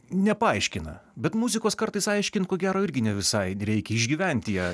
nepaaiškina bet muzikos kartais aiškint ko gero irgi ne visai reikia išgyventi ją